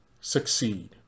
succeed